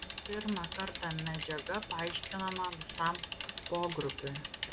pirmą kartą medžiaga paaiškinama visam pogrupiui